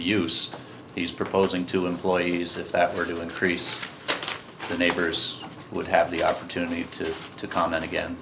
the use he's proposing to employees if that were to increase the neighbors would have the opportunity to to comment again